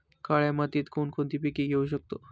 काळ्या मातीत कोणकोणती पिके घेऊ शकतो?